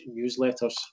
newsletters